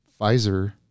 Pfizer